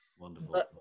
wonderful